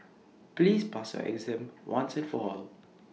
please pass your exam once and for all